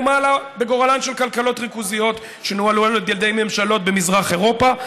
ומה עלה בגורלן של כלכלות ריכוזיות שנוהלו על ידי ממשלות במזרח אירופה.